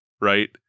right